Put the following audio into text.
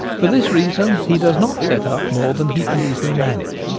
for this reason he does not set up more than he can easily manage.